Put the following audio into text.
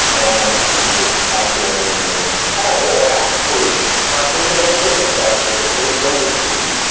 and you know his actual name was harold or actually my favorite old radio character, the great gildersleeve.